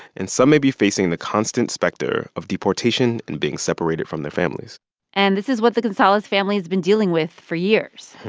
and some may be facing the constant specter of deportation and being separated from their families and this is what the gonzalez family has been dealing with for years.